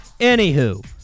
Anywho